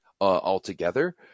altogether